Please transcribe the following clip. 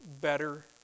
better